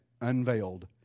unveiled